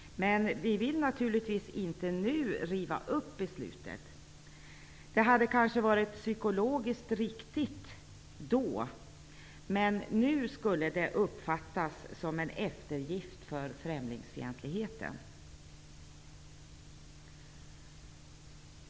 Men vi vill naturligtvis inte riva upp beslutet nu. Det hade kanske varit psykologiskt riktigt då, men nu skulle det uppfattas som en eftergift till främlingsfientligheten.